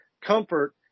comfort